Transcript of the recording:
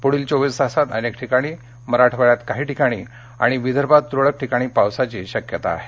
पुढील चोवीस तासात अनेक ठिकाणी तर मराठवाड्यात काही ठिकाणी आणि विदर्भात तुरळक ठिकाणी आज पावसाची शक्यता आहे